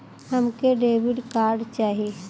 हमके debit card चाही?